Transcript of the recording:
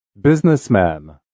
Businessman